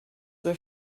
were